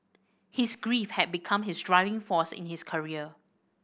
his grief had become his driving force in his career